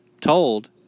told